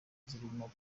zirimo